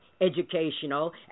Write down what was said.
educational